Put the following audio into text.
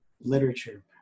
literature